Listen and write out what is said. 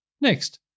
Next